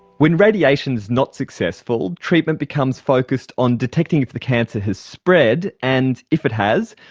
when radiation is not successful, treatment becomes focused on detecting if the cancer has spread and, if it has,